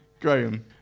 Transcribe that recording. Graham